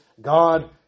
God